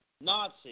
Nazi